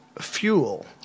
fuel